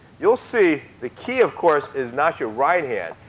you'll see the key, of course, is not your right hand.